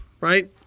right